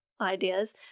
ideas